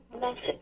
Message